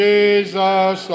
Jesus